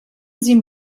sie